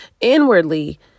inwardly